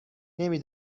نمی